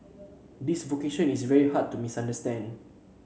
this vocation is very hard to misunderstand